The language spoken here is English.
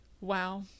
Wow